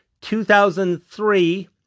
2003